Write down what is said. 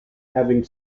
having